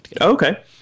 Okay